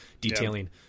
detailing